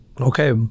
Okay